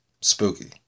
spooky